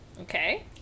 Okay